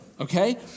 okay